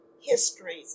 histories